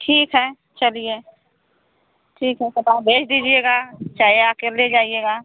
ठीक है चलिए ठीक है तब आप भेज दीजिएगा चाहे आकर ले जाइएगा